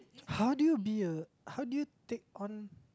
how do you be a how do you take on